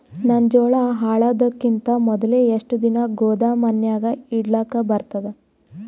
ನನ್ನ ಜೋಳಾ ಹಾಳಾಗದಕ್ಕಿಂತ ಮೊದಲೇ ಎಷ್ಟು ದಿನ ಗೊದಾಮನ್ಯಾಗ ಇಡಲಕ ಬರ್ತಾದ?